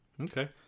Okay